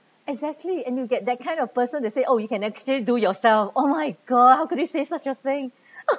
exactly and you get that kind of person to say oh you can actually do yourself oh my god how could he say such a thing